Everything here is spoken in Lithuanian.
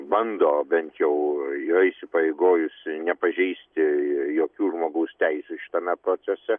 bando bent jau yra įsipareigojusi nepažeisti jokių žmogaus teisių šitame procese